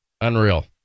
Unreal